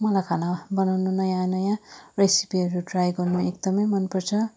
मलाई खाना बनाउनु नयाँ नयाँ रेसिपीहरू ट्राई गर्नु एकदम मन पर्छ